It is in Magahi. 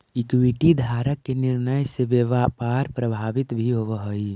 इक्विटी धारक के निर्णय से व्यापार प्रभावित भी होवऽ हइ